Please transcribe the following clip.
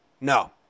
No